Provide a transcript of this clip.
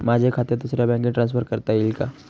माझे खाते दुसऱ्या बँकेत ट्रान्सफर करता येईल का?